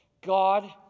God